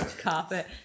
carpet